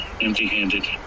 empty-handed